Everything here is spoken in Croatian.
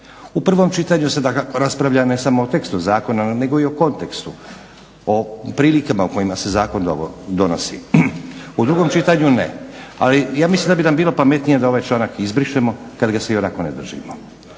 U 1. čitanju se dakako raspravlja ne samo o tekstu zakona, nego i o kontekstu, o prilikama u kojima se zakon donosi. U drugom čitanju ne, ali ja mislim da bi nam bilo pametniju da ovaj članak izbrišemo kad ga se i onako ne držimo.